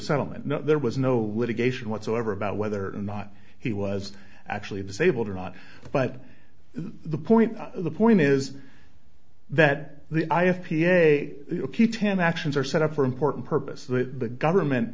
settlement there was no litigation whatsoever about whether or not he was actually disabled or not but the point the point is that the i have p a a ten actions are set up for important purpose that the government